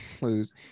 lose